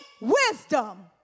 wisdom